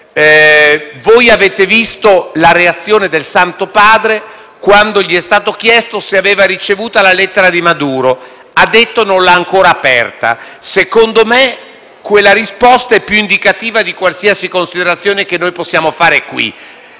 Voi avete visto la reazione del Santo Padre quando gli è stato chiesto se aveva ricevuto la lettera di Maduro: ha detto che non l'ha ancora aperta. Secondo me quella risposta è più indicativa di qualsiasi considerazione che possiamo fare in